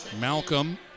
Malcolm